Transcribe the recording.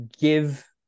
give